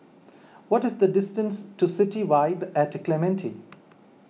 what is the distance to City Vibe at Clementi